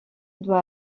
doit